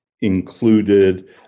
included